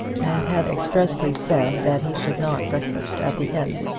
and had expressly said that he should not breakfast at the inn.